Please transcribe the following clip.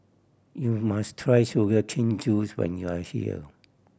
you must try sugar cane juice when you are here